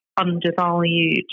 undervalued